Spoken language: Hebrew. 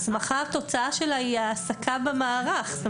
ההסמכה, התוצאה שלה היא העסקה במערך.